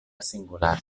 singular